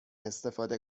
استفاده